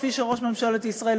כפי שראש ממשלת ישראל,